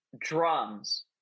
drums